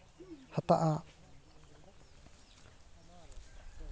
ᱦᱟᱛᱟᱜᱼᱟ